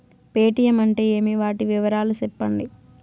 Paytm అంటే ఏమి, వాటి వివరాలు సెప్పండి?